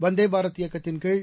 வந்தே பாரத் இயக்கத்தின்கீழ்